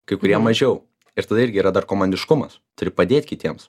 kai kurie mažiau ir tada irgi yra dar komandiškumas turi padėt kitiems